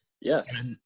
Yes